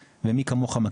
גם הנושא של שדה בריר,